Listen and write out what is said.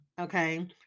Okay